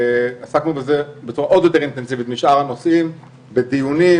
עסקנו בזה בצורה עוד יותר אינטנסיבית משאר הנושאים בדיונים,